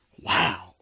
wow